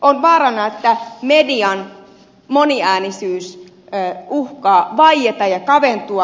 on vaarana että median moniäänisyys uhkaa vaieta ja kaventua